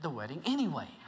the wedding anyway